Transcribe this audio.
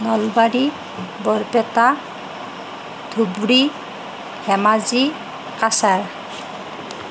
Nalbari Barpeta Dhubri Dhemaji Cachar